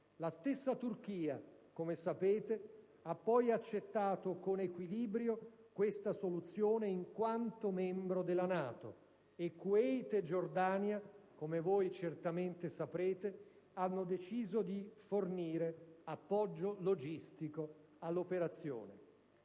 La stessa Turchia, come sapete, ha poi accettato con equilibrio questa soluzione in quanto membro della NATO, e Kuwait e Giordania, come voi certamente saprete, hanno deciso di fornire appoggio logistico all'operazione.